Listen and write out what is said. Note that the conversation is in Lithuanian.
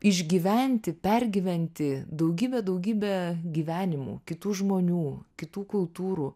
išgyventi pergyventi daugybę daugybę gyvenimų kitų žmonių kitų kultūrų